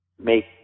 make